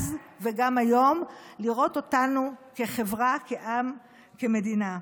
אז וגם היום, לראות אותנו כחברה, כעם, כמדינה.